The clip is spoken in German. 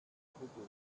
hubbel